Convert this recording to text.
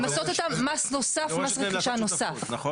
למסות אותם מס נוסף, מס רכישה נוסף.